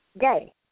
gay